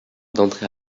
d’entrée